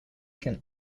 can